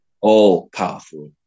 All-powerful